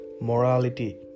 Morality